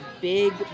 big